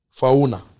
fauna